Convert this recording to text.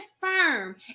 firm